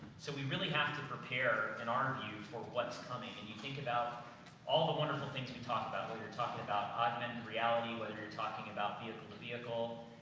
so we really have to prepare, in our view, for what's coming, and you think about all the wonderful things we talk about, whether you're talking about augmented reality, whether you're talking about vehicle to vehicle,